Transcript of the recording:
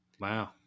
Wow